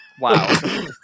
Wow